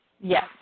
Yes